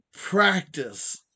practice